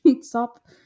Stop